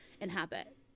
inhabit